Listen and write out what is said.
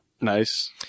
Nice